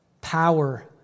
power